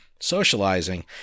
socializing